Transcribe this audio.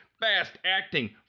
fast-acting